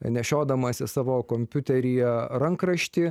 nešiodamasi savo kompiuteryje rankraštį